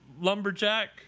Lumberjack